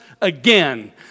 again